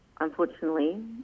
unfortunately